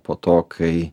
po to kai